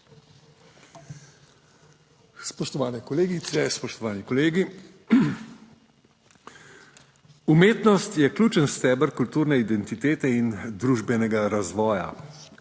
Spoštovane kolegice, spoštovani kolegi! Umetnost je ključen steber kulturne identitete in družbenega razvoja.